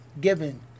given